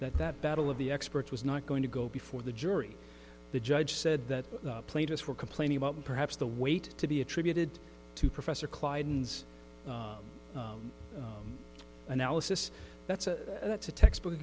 that that battle of the experts was not going to go before the jury the judge said that the plaintiffs were complaining about perhaps the weight to be attributed to professor klein's analysis that's a that's a textbook